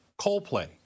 Coldplay